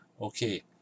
okay